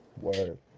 word